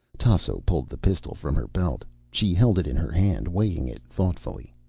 tasso pulled the pistol from her belt. she held it in her hand, weighing it thoughtfully.